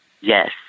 yes